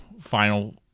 final